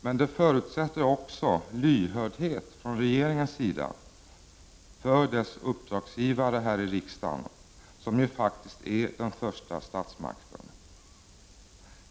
Men det förutsätter också lyhördhet från regeringens sida för dess uppdragsgivare här i riksdagen, som faktiskt är den första statsmakten.